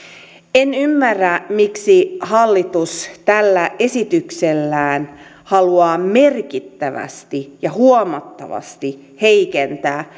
en ymmärrä miksi hallitus tällä esityksellään haluaa merkittävästi ja huomattavasti heikentää